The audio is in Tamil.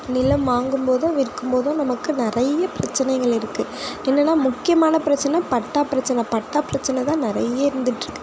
நிலம் வாங்கும்போதும் விற்கும்போதும் நமக்கு நிறைய பிரச்சனைங்கள் இருக்குது என்னென்னா முக்கியமான பிரச்சனை பட்டா பிரச்சனை பட்டா பிரச்சனை தான் நிறைய இருந்துட்டிருக்கு